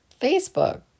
Facebook